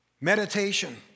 Meditation